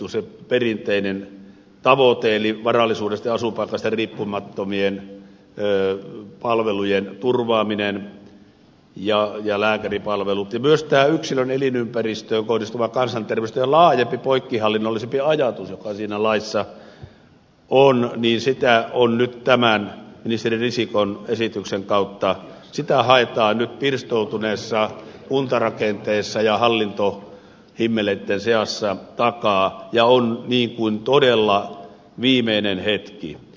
sitä perinteistä tavoitetta eli varallisuudesta ja asuinpaikasta riippumattomien palvelujen ja lääkäripalveluja turvaamista ja myös ajatusta joka siinä laissa on yksilön elinympäristöön kohdistuvasta kansanterveystyön laajemmasta poikkihallinnollisuudesta nyt tämän ministeri risikon esityksen kautta haetaan pirstoutuneessa kuntarakenteessa ja hallintohimmeleitten seassa ja on todella viimeinen hetki